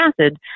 acid